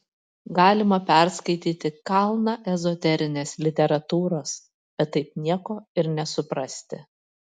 galima perskaityti kalną ezoterinės literatūros bet taip nieko ir nesuprasti